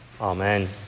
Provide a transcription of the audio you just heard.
Amen